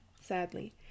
sadly